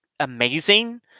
amazing